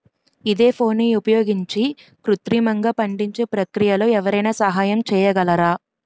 ఈథెఫోన్ని ఉపయోగించి కృత్రిమంగా పండించే ప్రక్రియలో ఎవరైనా సహాయం చేయగలరా?